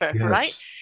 right